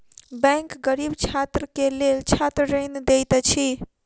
bank गरीब छात्र के लेल छात्र ऋण दैत अछि